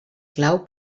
clau